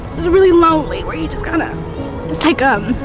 it was really lonely where you just kind of. it's like um